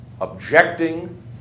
objecting